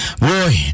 Boy